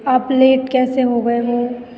आप लेट कैसे हो गए हो